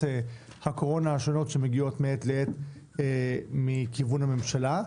הקורונה השונות שמגיעות מעת לעת מכיוון הממשלה.